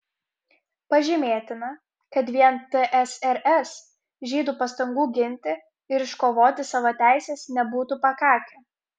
pažymėtina kad vien tsrs žydų pastangų ginti ir iškovoti savo teises nebūtų pakakę